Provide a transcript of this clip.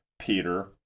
Peter